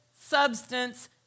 substance